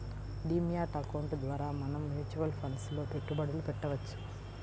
D mat account ద్వారా కూడా మనం మ్యూచువల్ ఫండ్స్ లో పెట్టుబడులు పెట్టవచ్చు